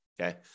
okay